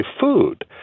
food